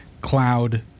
cloud